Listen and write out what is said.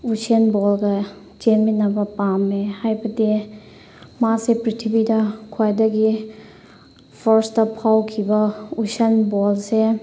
Usain ꯕꯣꯜꯒ ꯆꯦꯟꯃꯤꯟꯅꯕ ꯄꯥꯝꯃꯦ ꯍꯥꯏꯕꯗꯤ ꯃꯥꯁꯦ ꯄ꯭ꯔꯤꯊꯤꯕꯤꯗ ꯈ꯭ꯋꯥꯏꯗꯒꯤ ꯐꯥꯔꯁꯇ ꯐꯥꯎꯈꯤꯕ ꯎꯁꯦꯟ ꯕꯣꯜꯁꯦ